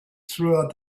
throughout